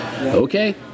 okay